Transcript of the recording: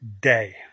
day